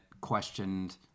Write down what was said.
questioned